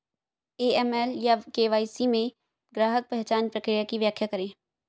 AML या KYC में ग्राहक पहचान प्रक्रिया की व्याख्या करें?